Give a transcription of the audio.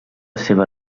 seva